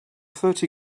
thirty